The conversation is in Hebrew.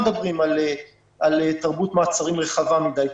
אנחנו מדברים על תרבות מעצרים רחבה מידיי.